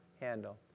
handle